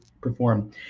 perform